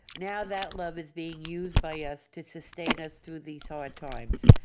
now that love is being used by us to sustain us through these hard times.